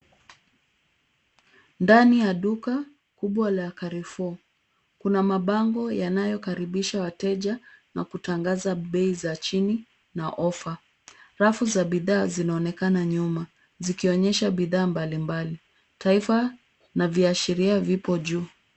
Ndani ya duka kubwa la Carrefour. Kuna mabango yanayokaribisha wateja na kutangaza bei za chini na ofa. Rafu za bidhaa zinaonekana nyuma zikionyesha bidhaa mbalimbali. Taifa na viashiria vipo juu.